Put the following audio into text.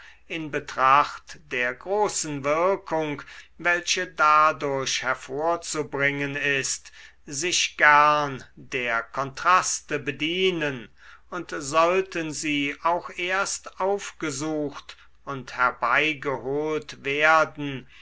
in betracht der großen wirkung welche dadurch hervorzubringen ist sich gern der kontraste bedienen und sollten sie auch erst aufgesucht und herbeigeholt werden